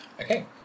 Okay